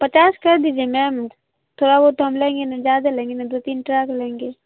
پچاس کر دیجیے میم تھوڑا بہت تو ہم لیں گے نہیں زیادہ لیں گے نا دو تین ٹرک لیں گے